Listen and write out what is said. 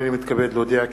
הנני מתכבד להודיע,